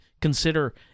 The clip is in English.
consider